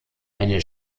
eine